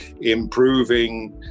improving